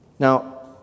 Now